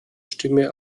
stimme